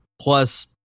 plus